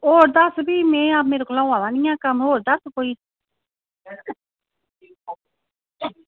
होर दस्स फ्ही में आं मेरे कोला होआ दा निं ऐ कम्म होर दस्स कोई